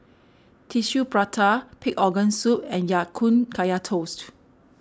Tissue Prata Pig Organ Soup and Ya Kun Kaya Toast